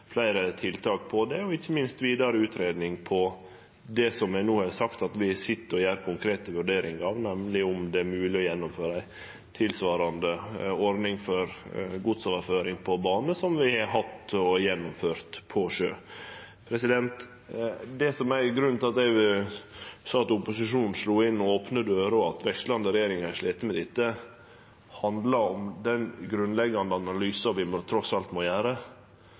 fleire tiltak for korleis vi effektivt kan bidra til at tidspunkt for ruteavgangar vert gjorde tilgjengelege, slik at det styrkjer konkurransekrafta, og ikkje minst vidare utgreiing av det som vi no har sagt at vi sit og gjer konkrete vurderingar av, nemleg om det er mogleg å gjennomføre ei tilsvarande ordning for godsoverføring på bane som vi har hatt, og gjennomført, på sjø. Det som er grunnen til at eg sa at opposisjonen slo inn opne dører, og at vekslande regjeringar har slite med dette, handlar om den